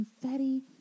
confetti